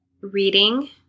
reading